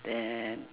and